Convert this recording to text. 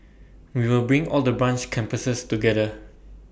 we will bring all the branches campuses together